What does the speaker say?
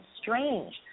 strange